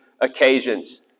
occasions